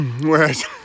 Whereas